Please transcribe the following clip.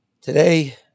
Today